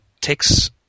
takes